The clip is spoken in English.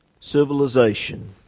civilization